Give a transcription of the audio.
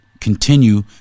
continue